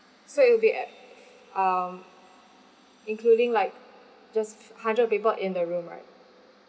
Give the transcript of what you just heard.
so it'll be at um including like just hundred people in the room right